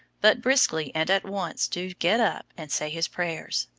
but briskly and at once do get up and say his prayers.